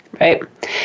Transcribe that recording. Right